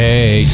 Hey